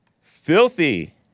Filthy